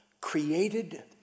Created